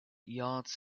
yards